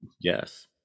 Yes